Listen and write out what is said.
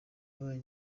yabaye